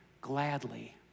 Gladly